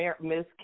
Miss